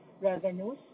revenues